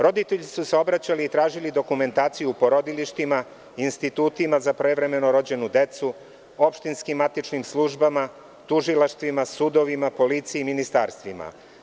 Roditelji su se obraćali i tražili dokumentaciju u porodilištima, institutima za prevremeno rođenu decu, opštinskim matičnim službama, tužilaštvima, sudovima, policiji i ministarstvima.